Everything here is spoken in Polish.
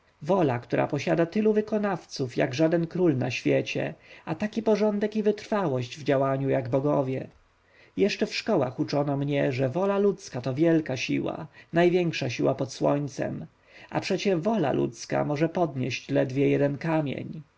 wola która posiada tylu wykonawców jak żaden król na świecie a taki porządek i wytrwałość w działaniu jak bogowie jeszcze w szkołach uczono mnie że wola ludzka to wielka siła największa siła pod słońcem a przecie wola ludzka może podnieść ledwie jeden kamień